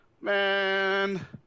Man